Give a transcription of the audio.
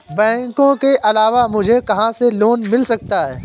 बैंकों के अलावा मुझे कहां से लोंन मिल सकता है?